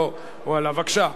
בבקשה.